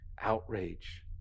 outrage